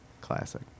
Classic